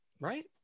Right